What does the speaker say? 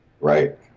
Right